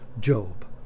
job